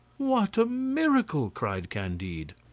what a miracle! cried candide.